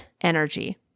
energy